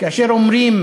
כאשר אומרים: